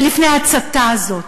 ולפני ההצתה הזאת,